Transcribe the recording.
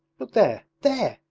look there. there!